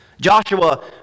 Joshua